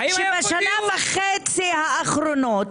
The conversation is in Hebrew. ששנה וחצי האחרונות,